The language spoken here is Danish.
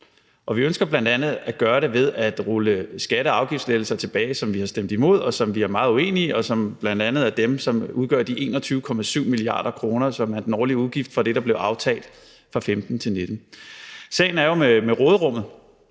Og vi ønsker bl.a. at gøre det ved at rulle skatte- og afgiftslettelser tilbage, som vi har stemt imod, som vi er meget uenige i, og som bl.a. er dem, der udgør de 21,7 mia. kr., som er den årlige udgift for det, der blev aftalt i 2015-2019. Sagen er, at råderummet,